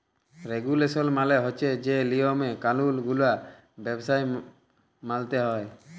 রেগুলেসল মালে হছে যে লিয়ম কালুল গুলা ব্যবসায় মালতে হ্যয়